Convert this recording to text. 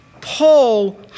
Paul